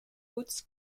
woods